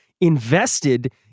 invested